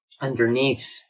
underneath